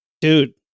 dude